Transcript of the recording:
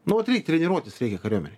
nu vat reik treniruotis reikia kariuomenei